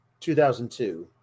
2002